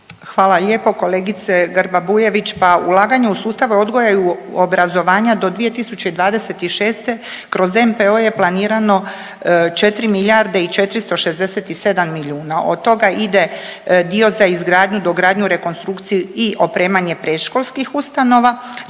Hvala lijepa kolegice Grba Bujević. Pa ulaganje u sustav odgoja i obrazovanja do 2026. kroz NPOO je planirano 4 milijarde i 467 milijuna, od toga ide dio za izgradnju, dogradnju, rekonstrukciju i opremanje predškolskih ustanova,